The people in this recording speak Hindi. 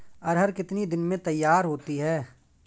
अरहर कितनी दिन में तैयार होती है?